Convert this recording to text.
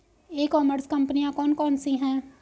ई commerce कंपनियाँ कौन कौन सी हैं?